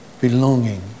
Belonging